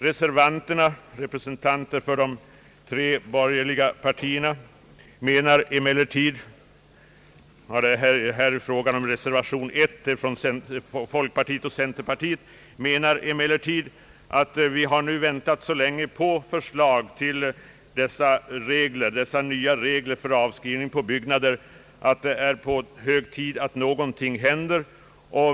Reservanterna bakom reservation nr 1 — representanter för folkpartiet och centerpartiet — menar emellertid att vi nu väntat så länge på förslag till sådana nya regler för avskrivning på byggnader, att det är hög tid att något händer.